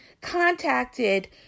contacted